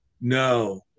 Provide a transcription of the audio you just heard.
No